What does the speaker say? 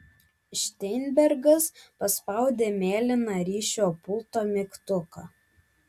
šteinbergas paspaudė mėlyną ryšio pulto mygtuką